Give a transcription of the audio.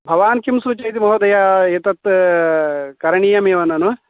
भवान् किं सूचयति महोदयः एतत् करणीयमेव ननु